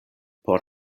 por